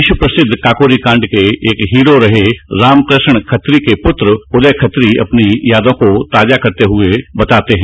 विश्व प्रसिद्ध काकोरी कांड के एक हीरो रहे है रामकृष्ण खत्री के पुत्र उदय खत्री अपनी यादों को ताजा करते हुए बताते हैं